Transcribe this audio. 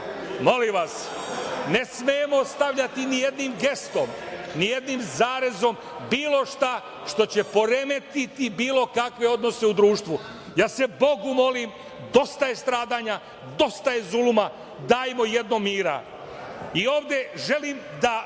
Molim vas, ne smemo stavljati nijednim gestom, nijednim zarezom, bilo šta što će poremetiti bilo kakve odnose u društvu. Ja se Bogu molim, dosta je stradanja, dosta je zuluma, dajmo jednom mira. Ovde želim da,